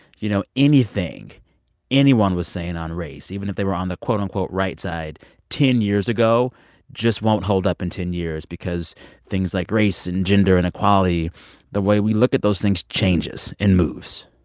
you know, anything anyone was saying on race, even if they were on the, quote, unquote, right side ten years ago just won't hold up in and ten years because things like race and gender and equality the way we look at those things changes and moves?